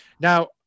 Now